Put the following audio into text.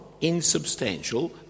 insubstantial